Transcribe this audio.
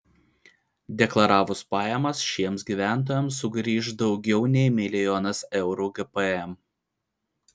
deklaravus pajamas šiems gyventojams sugrįš daugiau nei milijonas eurų gpm